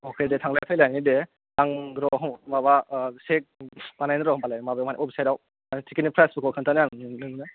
अके दे थांलाय फैनायानो दे आं र माबा चेक माबानो र होमबालाय वेबसाइट आव मान टिकेटनि चार्जफोरखौ खोहन्थानो आरो नोंनो